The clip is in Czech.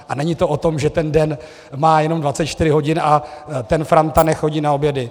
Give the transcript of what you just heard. A není to o tom, že ten den má jenom 24 hodin a ten Franta nechodí na obědy.